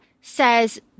says